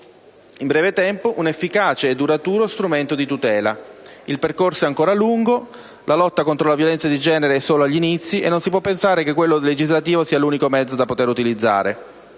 in breve tempo un efficace e duraturo strumento di tutela. Il percorso è ancora lungo. La lotta contro la violenza di genere è solo agli inizi e non si può pensare che quello legislativo sia l'unico mezzo da utilizzare.